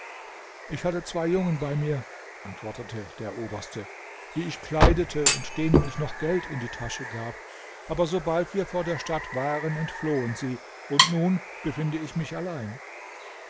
ich hatte zwei jungen bei mir antwortete der oberste die ich kleidete und denen ich noch geld in die tasche gab aber sobald wir vor der stadt waren entflohen sie und nun befinde ich mich allein